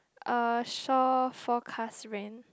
uh shore forecast rain